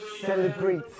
celebrate